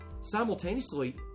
simultaneously